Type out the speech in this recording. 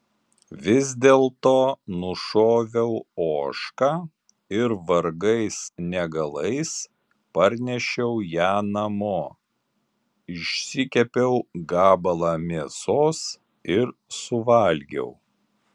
vis dėlto nušoviau ožką ir vargais negalais parnešiau ją namo išsikepiau gabalą mėsos ir suvalgiau